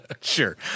Sure